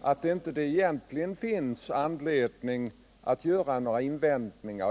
att det inte finns anledning att göra några invändningar.